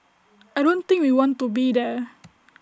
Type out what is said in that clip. I don't think we want to be there